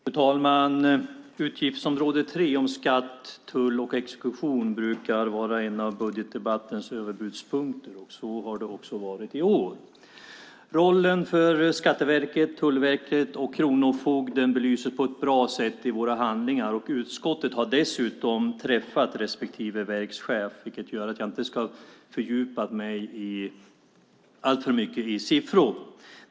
Fru talman! Utgiftsområde 3 om skatt, tull och exekution brukar vara en av budgetdebattens överbudspunkter, och så har det också varit i år. Rollen för Skatteverket, Tullverket och Kronofogdemyndigheten belyses på att bra sätt i våra handlingar. Utskottet har dessutom träffat respektive verkschef, vilket gör att jag inte ska fördjupa mig alltför mycket i siffror.